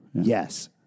Yes